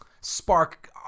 spark